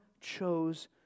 chose